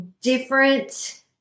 different